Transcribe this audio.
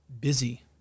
busy